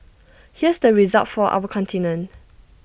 here's the result for our continent